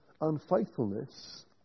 unfaithfulness